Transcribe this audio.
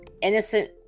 innocent